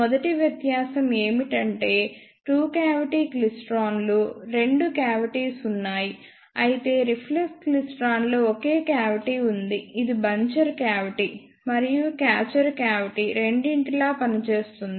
మొదటి వ్యత్యాసం ఏమిటంటే టూ క్యావిటీ క్లైస్ట్రాన్లో రెండు కావిటీస్ ఉన్నాయి అయితే రిఫ్లెక్స్ క్లైస్ట్రాన్లో ఒకే క్యావిటీ ఉంది ఇది బంచర్ క్యావిటీ మరియు క్యాచర్ క్యావిటీ రెండింటిలా పనిచేస్తుంది